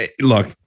look